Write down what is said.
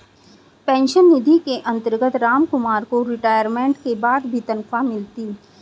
pension निधि के अंतर्गत रामकुमार को रिटायरमेंट के बाद भी तनख्वाह मिलती